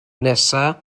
nesaf